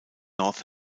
north